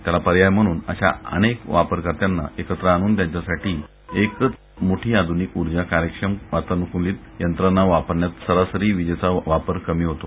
त्याला पर्याय म्हणून अशा अनेक वापरकर्त्यांना एकत्र आणून त्यांच्यासाठी एकच मोठी आधूनिक ऊर्जा कार्यक्षम वातान्कूलित यंत्रणा वापरण्यात सरासरी विजेचा वापर कमी होतो